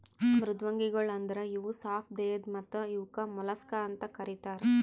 ಮೃದ್ವಂಗಿಗೊಳ್ ಅಂದುರ್ ಇವು ಸಾಪ್ ದೇಹದ್ ಮತ್ತ ಇವುಕ್ ಮೊಲಸ್ಕಾ ಅಂತ್ ಕರಿತಾರ್